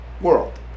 world